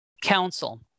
council